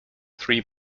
three